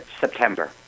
September